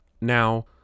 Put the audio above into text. Now